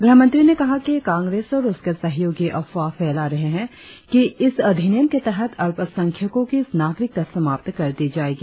गृहमंत्री ने कहा कि कांग्रेस और उसके सहयोगी अफवाह फैला रहें है कि इस अधिनियम के तहत अल्पसंख्यको की नागरिकता समाप्त कर दी जाएगी